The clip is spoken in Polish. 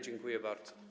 Dziękuję bardzo.